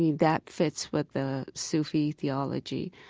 that fits with the sufi theology.